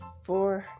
four